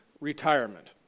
retirement